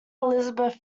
elizabeth